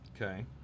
Okay